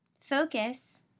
focus